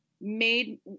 made